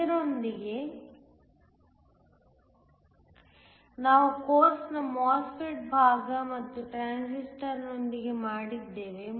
ಇದರೊಂದಿಗೆ ನಾವು ಕೋರ್ಸ್ನ MOSFET ಭಾಗ ಮತ್ತು ಟ್ರಾನ್ಸಿಸ್ಟರ್ ನೊಂದಿಗೆ ಮಾಡಿದ್ದೇವೆ